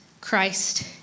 Christ